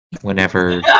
Whenever